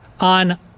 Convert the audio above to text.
on